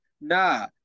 Nah